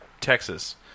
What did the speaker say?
Texas